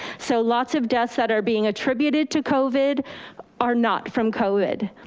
so lots of deaths that are being attributed to covid are not from covid.